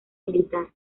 militar